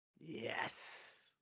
Yes